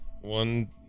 One